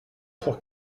pour